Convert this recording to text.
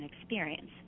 experience